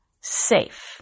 safe